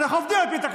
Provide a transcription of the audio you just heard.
חד-משמעי צודק.